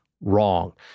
Wrong